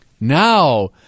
Now